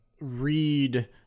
read